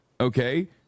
okay